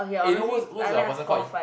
eh you know who's who's the person called